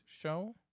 show